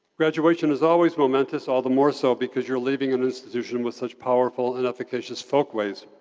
graduation is always momentous, all the more so because you're leaving an institution with such powerful and efficacious folkways.